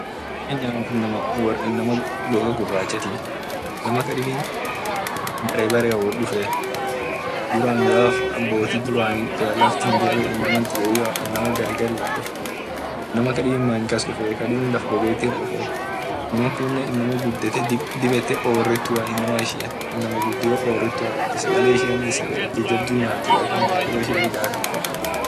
Wor kenya inama goga guratii inama barre wot dufee duran gaf aboti duran ka laftin hinjir lafti diqeyoa garigarin wot duf ina dibi many kas dufee dib laf kas dufee inama kunne dib ete oreatua inama gudio oreatua kabdii inama ishiane sagale riga nyati ak amtan boeshe rigafaa.